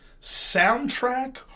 soundtrack